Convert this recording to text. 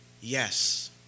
yes